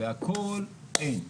והכל אין.